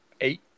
eight